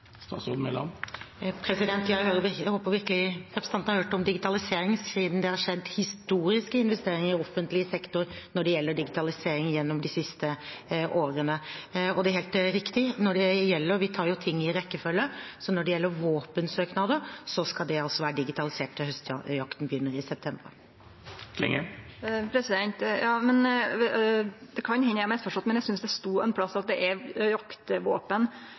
Jeg håper virkelig representanten har hørt om digitalisering, siden det har skjedd historiske investeringer i offentlig sektor når det gjelder digitalisering gjennom de siste årene. Det er helt riktig at vi vil ta ting i rekkefølge. Når det gjelder våpensøknader, er det riktig at de skal være digitalisert til høstjakten begynner i september. Det kan hende eg har misforstått, men eg synest det stod ein plass at det er jaktvåpen